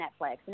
Netflix